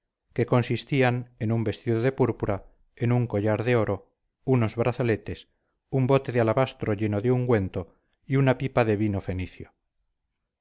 que consistían en un vestido de púrpura en un collar de oro unos brazaletes un bote de alabastro lleno de ungüento y una pipa de vino